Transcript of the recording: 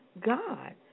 God